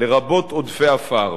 לרבות עודפי עפר.